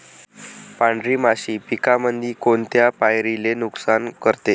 पांढरी माशी पिकामंदी कोनत्या पायरीले नुकसान करते?